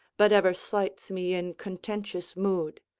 but ever slights me in contentious mood.